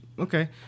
Okay